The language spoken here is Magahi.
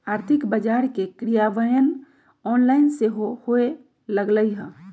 आर्थिक बजार के क्रियान्वयन ऑनलाइन सेहो होय लगलइ ह